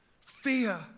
fear